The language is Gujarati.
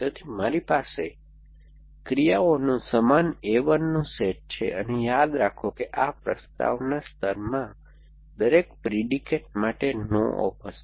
તેથી મારી પાસે ક્રિયાઓનો સમાન A1 નો સેટ છે અને યાદ રાખો કે આ પ્રસ્તાવના સ્તરમાં દરેક પ્રિડિકેટ માટે નો ઑપ હશે